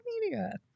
media